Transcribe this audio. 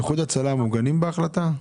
איחוד הצלה מוגנים בהחלטה?